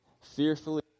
fearfully